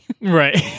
right